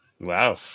Wow